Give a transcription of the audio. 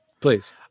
please